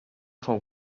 fou